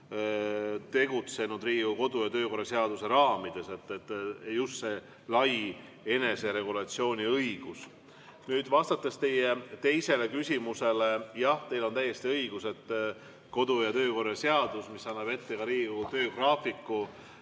tegutsenud Riigikogu kodu- ja töökorra seaduse raamides. Just see lai eneseregulatsiooni õigus. Vastates teie teisele küsimusele, jah, teil on täiesti õigus, et kodu- ja töökorra seadus, mis annab ette Riigikogu töögraafiku,